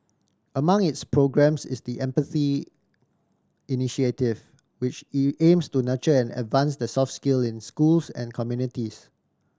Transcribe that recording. among its programmes is the Empathy Initiative which aims to nurture and advance the soft skill in schools and communities